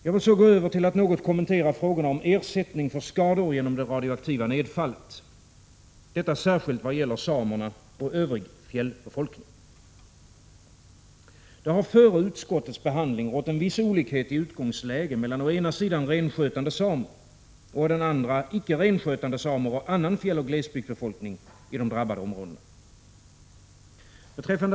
Jag vill så gå över till att något kommentera frågorna om ersättning för skador genom det radioaktiva nedfallet, detta särskilt vad gäller samerna och övrig fjällbefolkning. Det har före utskottets behandling rått en viss olikhet i utgångsläge mellan å den ena sidan renskötande samer och å den andra icke-renskötande samer och annan fjälloch glesbygdsbefolkning i de drabbade områdena.